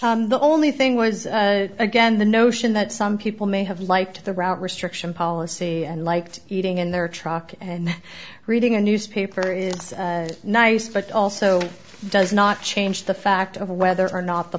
anything the only thing was again the notion that some people may have liked the route restriction policy and liked eating in their truck and reading a newspaper is nice but also does not change the fact of whether or not the